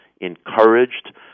encouraged